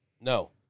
No